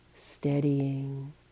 steadying